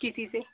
किसी से